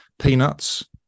peanuts